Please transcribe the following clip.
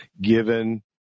given